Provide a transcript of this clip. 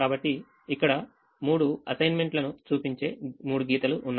కాబట్టి ఇక్కడ మూడు అసైన్మెంట్ లను చూపించే మూడు గీతలు ఉన్నాయి